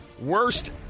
worst